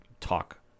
talk